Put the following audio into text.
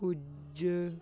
ਕੁਝ